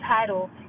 title